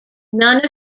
none